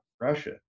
Russia